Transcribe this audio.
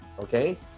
okay